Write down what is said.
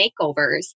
makeovers